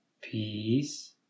Peace